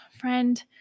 friend